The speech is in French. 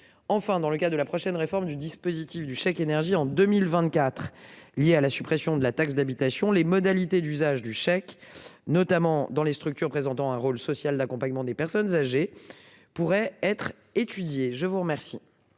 Enfin, dans le cas de la prochaine réforme du disque. Positif du chèque énergie en 2024 liée à la suppression de la taxe d'habitation, les modalités d'usage du chèque, notamment dans les structures présentant un rôle social d'accompagnement des personnes âgées pourrait être étudié. Je vous remercie.